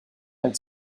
ein